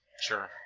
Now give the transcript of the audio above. Sure